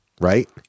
right